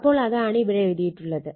അപ്പോൾ അതാണ് ഇവിടെ എഴുതിയിട്ടുള്ളത്